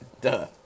Duh